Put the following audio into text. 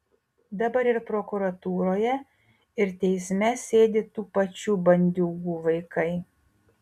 dabar ir prokuratūroje ir teisme sėdi tų pačių bandiūgų vaikai